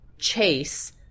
chase